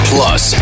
Plus